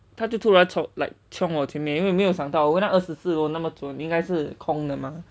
他就突然从 like chiong 我前面因为没有想到我们二十四楼那么准应该是空的吗:wo qianan mian yin wei mei you xiang dao wo men er shi si lou na me zhun ying gai shi kong de ma